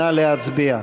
נא להצביע.